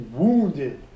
wounded